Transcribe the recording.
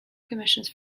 commissions